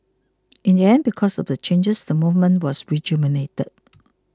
in the end because of the changes the movement was rejuvenated